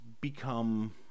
become